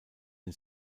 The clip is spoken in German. den